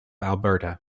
alberta